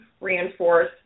reinforce